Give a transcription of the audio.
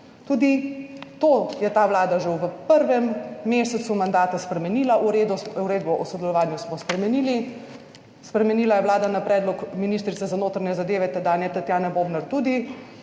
Tudi to je ta Vlada že v prvem mesecu mandata spremenila. Uredbo o sodelovanju smo spremenili, spremenila je Vlada na predlog ministrice za notranje zadeve, tedanje Tatjane